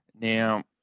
Now